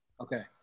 Okay